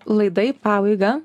laida į pabaigą